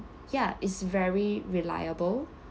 ya it's very reliable